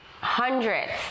hundreds